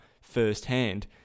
firsthand